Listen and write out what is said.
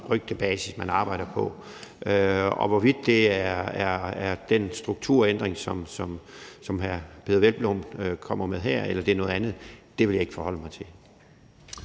rygtebasis, man arbejder, og hvorvidt det bliver den strukturændring, som hr. Peder Hvelplund peger på her, eller det bliver noget andet, vil jeg ikke forholde mig til.